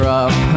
up